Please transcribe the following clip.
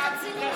אל תתגולל עליהם.